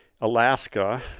alaska